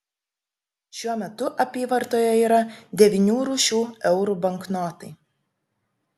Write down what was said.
šiuo metu apyvartoje yra devynių rūšių eurų banknotai